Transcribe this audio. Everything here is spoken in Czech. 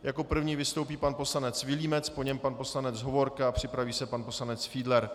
Jako první vystoupí pan poslanec Vilímec, po něm pan poslanec Hovorka, připraví se pan poslanec Fiedler.